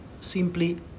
simply